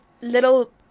little